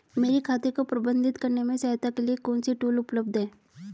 मेरे खाते को प्रबंधित करने में सहायता के लिए कौन से टूल उपलब्ध हैं?